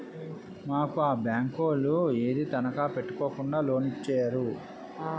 మాకు ఆ బేంకోలు ఏదీ తనఖా ఎట్టుకోకుండా లోనిచ్చేరు